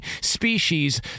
species